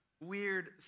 weird